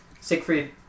Siegfried